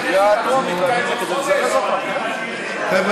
זה מגיע לכנסת, אנחנו, עוד חודש?